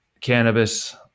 cannabis